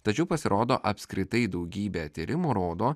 tačiau pasirodo apskritai daugybė tyrimų rodo